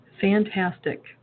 Fantastic